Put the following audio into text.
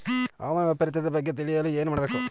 ಹವಾಮಾನ ವೈಪರಿತ್ಯದ ಬಗ್ಗೆ ತಿಳಿಯಲು ಏನು ಮಾಡಬೇಕು?